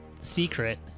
Secret